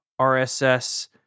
rss